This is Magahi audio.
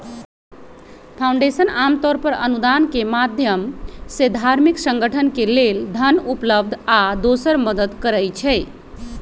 फाउंडेशन आमतौर पर अनुदान के माधयम से धार्मिक संगठन के लेल धन उपलब्ध आ दोसर मदद करई छई